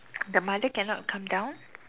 the mother cannot come down